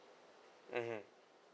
mmhmm